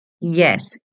yes